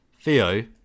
Theo